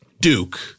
Duke